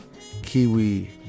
Kiwi